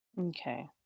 Okay